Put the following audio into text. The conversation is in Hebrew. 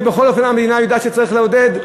ובכל אופן המדינה יודעת שצריך לעודד.